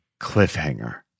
cliffhanger